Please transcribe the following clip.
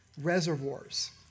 reservoirs